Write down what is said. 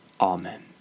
Amen